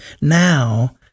now